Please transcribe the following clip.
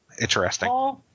Interesting